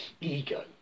Ego